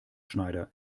schneider